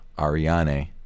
Ariane